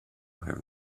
have